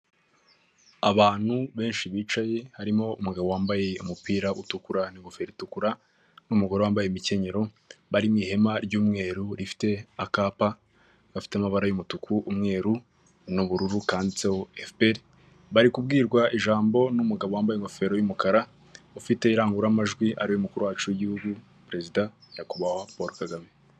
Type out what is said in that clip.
Abantu benshi bicaye harimo umugabo wambaye umupira utukura n'ingofero itukura n'umugore wambaye imikenyero bari mu ihema ry'umweru rifite akapa gafite amabara y'umutuku, umweru n'ubururu kanditseho FPR bari kubwirwa ijambo n'umugabo wambaye ingofero y'umukara ufite irangururamajwi ariwe mukuru wacu w'igihugu perezida nyakubahwa Paul Kagame.